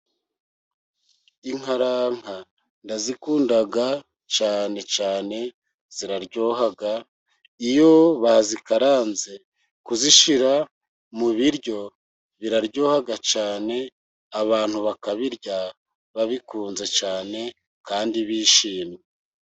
Inkaranka ndazikunda cyane cyane ziraryoha, iyo bazikaranze kuzishyira mu biryo biraryoha cyane, abantu bakabirya babikunze cyane kandi bishimye.